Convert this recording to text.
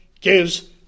gives